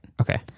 Okay